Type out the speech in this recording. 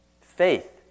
faith